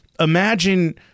Imagine